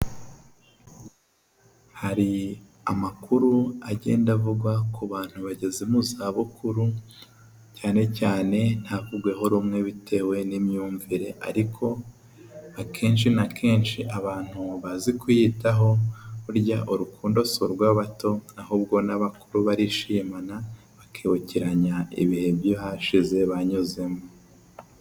Hari amakuru agenda avugwa ku bantu bageze mu zabukuru cyane cyane ntavugweho rumwe bitewe n'imyumvire, ariko akenshi na kenshi abantu bazi kuyitaho burya urukundo si urw'abato ahubwo n'abakuru barishimana bakibukiranya ibihe by'ahashize Banyuzemo.